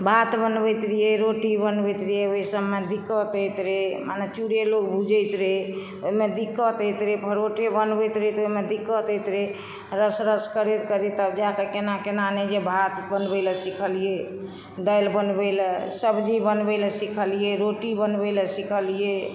भात बनबैत रहिए रोटी बनबैत रहीए ओहि सबमे दिक्कत होइत रहै मने चूरे लोक भूजैत रहै ओहिमे दिक्कत होइत रहै परोठे बनबैत रहिए तऽ ओहिमे दिक्कत होइत रहै रस रस करैत करैत तब जाके केना ने केना जे भात बनबै लए सीखलियै दालि बनबै लए सब्ज़ी बनबै लए सीखलियै रोटी बनबै लए सीखलियै